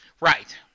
Right